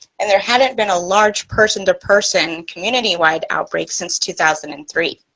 and there hadn't been a large person to person community-wide outbreak since two thousand and three.